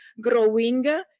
growing